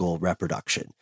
reproduction